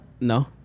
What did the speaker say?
No